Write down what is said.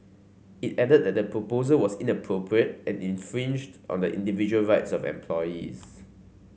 it added that the proposal was inappropriate and infringed on the individual rights of employees